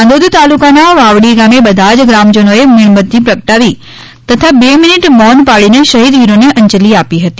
નાંદોદ તાલુકાના વાવડી ગામે બધા જ ગ્રામજનોએ મીણબત્તી પ્રગટાવી તથા બે મિનિટ મૌન પાળીને શહિદવીરોને અંજલી આપી હતી